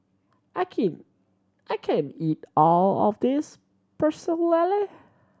I can't I can't eat all of this Pecel Lele